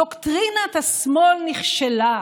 דוקטרינת השמאל נכשלה,